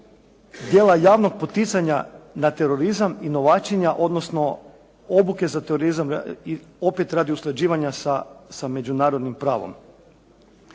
tijela javnog poticanja na terorizam i novačenja, odnosno obuke za terorizam i opet radi usklađivanja sa međunarodnim pravom.